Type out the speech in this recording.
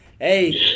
Hey